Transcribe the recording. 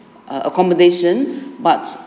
err accommodation but